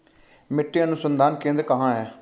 मिट्टी अनुसंधान केंद्र कहाँ है?